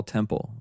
Temple